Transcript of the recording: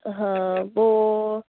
ہاں وہ